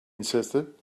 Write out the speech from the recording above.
insisted